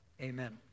Amen